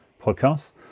podcast